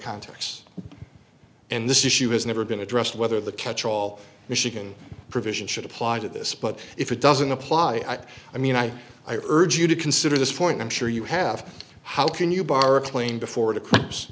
contexts and this issue has never been addressed whether the catch all michigan provision should apply to this but if it doesn't apply i mean i i urge you to consider this point i'm sure you have how can you bar explain before